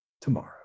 tomorrow